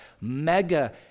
mega